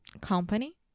Company